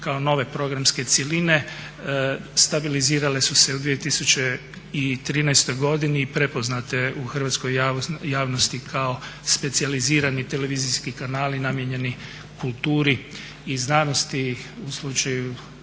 kao nove programske cjeline. Stabilizirale su se u 2013. godini i prepoznate u hrvatskoj javnosti kao specijalizirani televizijski kanali namijenjeni kulturi i znanosti u slučaju